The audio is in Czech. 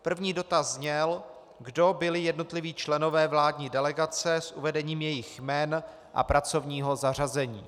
První dotaz zněl: Kdo byli jednotliví členové vládní delegace s uvedením jejich jmen a pracovního zařazení?